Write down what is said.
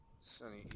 sunny